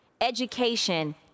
education